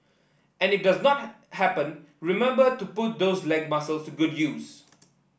and if it does not happen remember to put those leg muscles good use